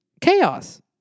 chaos